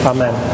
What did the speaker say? Amen